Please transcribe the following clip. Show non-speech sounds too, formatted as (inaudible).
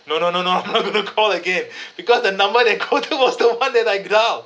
no no no no (laughs) I'm not going to call again (breath) because the number they go to was the one that I dialled